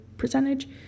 percentage